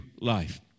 life